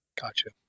Gotcha